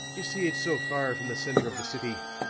ye see, it's so far from the center of the city,